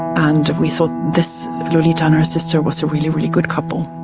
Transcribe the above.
and we thought this, lolita and her sister, was a really, really good couple.